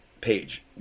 page